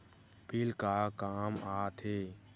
Bill का काम आ थे?